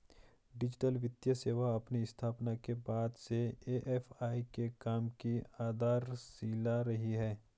digital वित्तीय सेवा अपनी स्थापना के बाद से ए.एफ.आई के काम की आधारशिला रही है